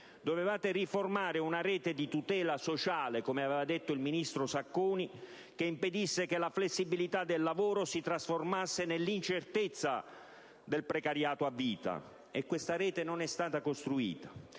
Dovevate riformare una rete di tutela sociale - come aveva detto il ministro Sacconi - che impedisse che la flessibilità del lavoro si trasformasse nell'incertezza del precariato a vita: e questa rete non è stata costruita.